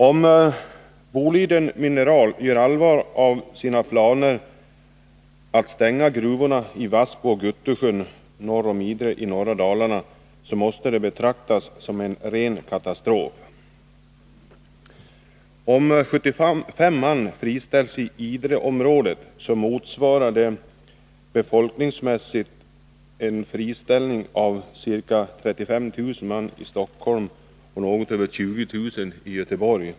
Om Boliden Mineral AB gör allvar av sina planer att stänga gruvorna i Vassbo och Guttusjön norr om Idre i norra Dalarna, måste det betraktas som en ren katastrof. Om 75 man friställs i Idreområdet, motsvarar det befolkningsmässigt en friställning av ca 35 000 man i Stockholm och något över 20 000 i Göteborg.